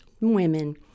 women